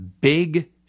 big